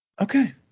Okay